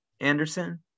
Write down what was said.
Anderson